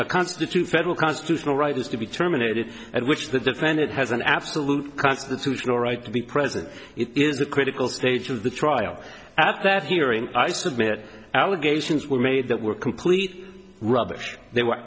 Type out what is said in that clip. his constitute federal constitutional rights to be terminated at which the defendant has an absolute constitutional right to be present it is a critical stage of the trial at that hearing i submit allegations were made that were complete rubbish they were